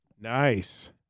Nice